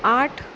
आठ